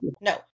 no